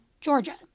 Georgia